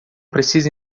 precisa